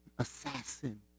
assassin